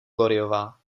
gloryová